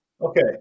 Okay